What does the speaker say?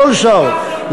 כל שר,